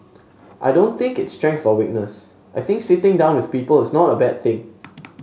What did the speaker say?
I don't think it's strength or weakness I think sitting down with people is not a bad thing